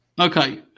Okay